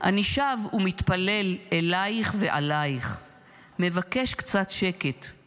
"אני שב ומתפלל אלייך ועלייך / מבקש קצת שקט /